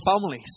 families